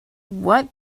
what